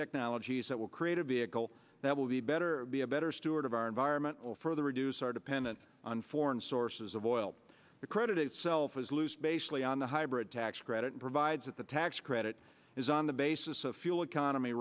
technologies that will create a vehicle that will be better be a better steward of our environment will further reduce our dependence on foreign sources of oil the credit itself is loose basically on the hybrid tax credit provides that the tax credit is on the basis of fuel economy